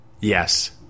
Yes